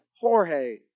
Jorge